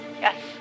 Yes